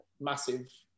massive